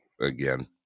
again